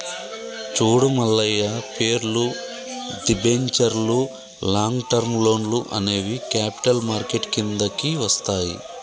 చూడు మల్లయ్య పేర్లు, దిబెంచర్లు లాంగ్ టర్మ్ లోన్లు అనేవి క్యాపిటల్ మార్కెట్ కిందికి వస్తాయి